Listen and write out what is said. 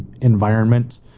environment